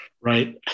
Right